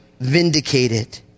vindicated